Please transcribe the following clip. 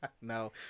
No